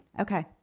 Okay